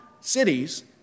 cities